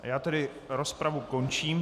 Já tedy rozpravu končím.